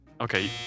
Okay